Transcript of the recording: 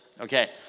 Okay